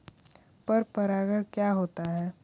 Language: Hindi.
पर परागण क्या होता है?